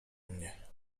mnie